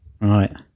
right